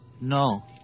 No